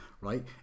right